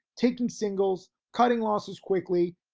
taking singles, cutting losses quickly,